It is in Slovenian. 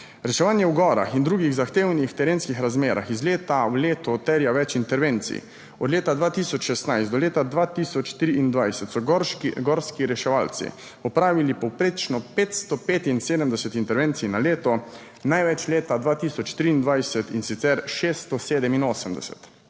Reševanje v gorah in drugih zahtevnih terenskih razmerah iz leta v leto terja več intervencij. Od leta 2016 do leta 2023 so gorski reševalci opravili povprečno 575 intervencij na leto, največ leta 2023, in sicer 687.